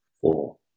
four